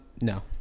No